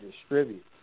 distribute